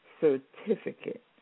certificate